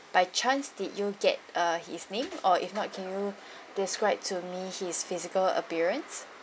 by chance did you get uh his name or if not can you describe to me his physical appearance